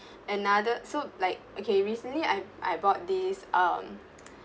another so like okay recently I I bought this um